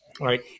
right